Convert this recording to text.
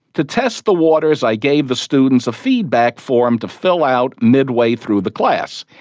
to test the waters i gave the students a feedback form to fill out midway through the class.